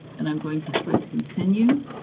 and i'm going to click continue,